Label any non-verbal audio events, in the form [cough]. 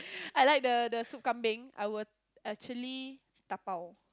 [breath] I like the the soup I will actually dabao